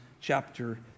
chapter